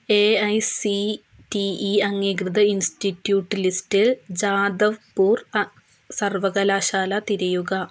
A I C T E അംഗീകൃത institute ലിസ്റ്റിൽ ജാദവ്പൂർ സർവകലാശാല തിരയുക